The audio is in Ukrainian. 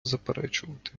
заперечувати